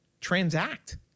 transact